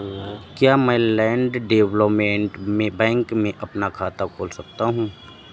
क्या मैं land development bank में अपना खाता खोल सकता हूँ?